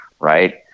right